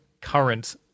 current